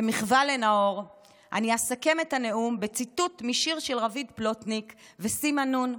במחווה לנאור אני אסכם את הנאום בציטוט משיר של רביד פלוטניק וסימה נון,